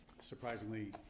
surprisingly